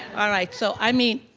alright, so i mean,